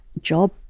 job